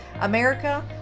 America